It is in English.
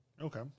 Okay